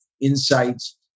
insights